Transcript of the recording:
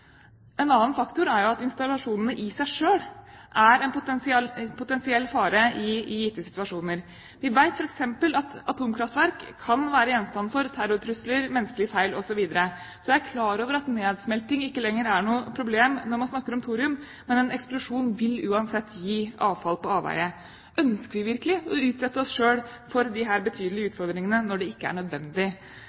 En annen faktor er at installasjonene i seg selv er en potensiell fare i gitte situasjoner. Vi vet f.eks. at atomkraftverk kan være gjenstand for terrortrusler, menneskelige feil, osv. Så er jeg klar over at nedsmelting ikke lenger er noe problem når man snakker om thorium, men en eksplosjon vil uansett medføre avfall på avveier. Ønsker vi virkelig å utsette oss selv for disse betydelige utfordringene når det ikke er nødvendig?